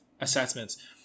assessments